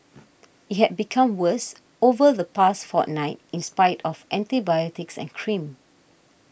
it had become worse over the past fortnight in spite of antibiotics and cream